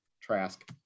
trask